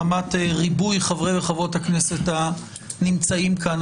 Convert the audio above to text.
מחמת ריבוי חברי וחברות הכנסת הנמצאים כאן,